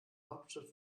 hauptstadt